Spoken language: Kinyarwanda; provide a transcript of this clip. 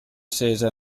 sheja